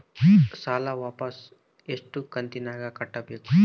ಸಾಲ ವಾಪಸ್ ಎಷ್ಟು ಕಂತಿನ್ಯಾಗ ಕಟ್ಟಬೇಕು?